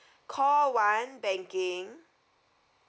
call one banking